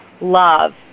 love